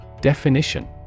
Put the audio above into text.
Definition